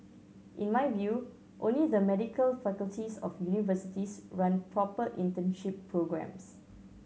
in my view only the medical faculties of universities run proper internship programmes